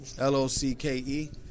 L-O-C-K-E